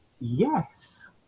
yes